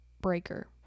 breaker